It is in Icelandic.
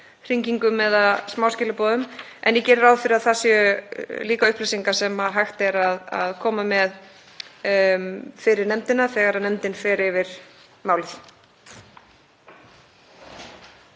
hringingum eða smáskilaboðum, en ég geri ráð fyrir að það séu líka upplýsingar sem hægt er að koma með fyrir nefndina þegar nefndin fer yfir málið.